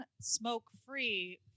smoke-free